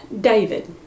David